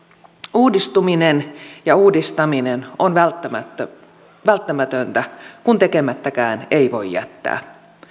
uudistuminen ja uudistaminen on välttämätöntä kun tekemättäkään ei voi jättää